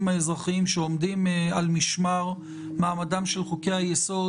האזרחיים שעומדים על משמר מעמדם של חוקי-היסוד,